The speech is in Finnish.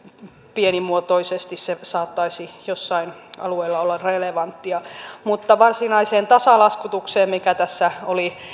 pienimuotoisesti se saattaisi jollain alueella olla relevanttia mutta varsinaiseen tasalaskutukseen mikä tässä oli